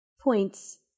points